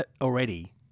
already